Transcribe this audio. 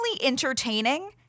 entertaining